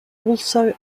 also